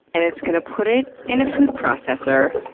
and it's going to put it in a food processor,